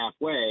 halfway